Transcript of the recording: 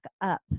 up